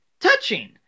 touching